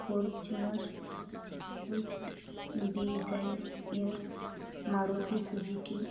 Fortuner swift Dzire air Maruti Suzuki